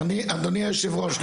היושב-ראש,